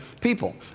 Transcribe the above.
people